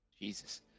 Jesus